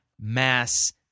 mass